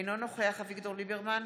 אינו נוכח אביגדור ליברמן,